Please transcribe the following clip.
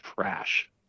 trash